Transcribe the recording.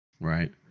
Right